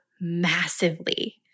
massively